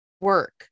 work